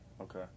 okay